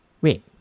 Wait